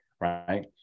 right